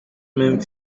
même